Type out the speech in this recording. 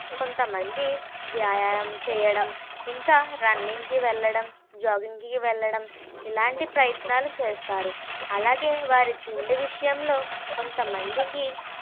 కొంతమంది వ్యాయామం చేయడం ఇంకా రన్నింగ్ కి వెళ్ళడం జాగింగి కి వెళ్ళడం ఇలాంటి ప్రయత్నాలు చేస్తారు అలాగే వారి తిండి విషయంలో కొంతమందికి